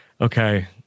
Okay